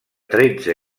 tretze